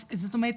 זאת אומרת,